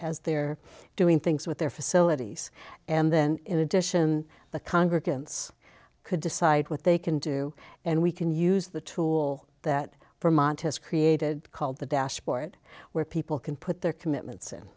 as they're doing things with their facilities and then in addition the congregants could decide what they can do and we can use the tool that vermont has created called the dashboard where people can put their commitments